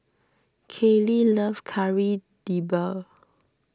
Kallie loves Kari Debal